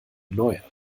neuer